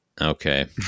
Okay